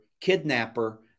kidnapper